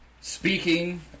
Speaking